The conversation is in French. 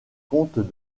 comtes